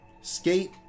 Skate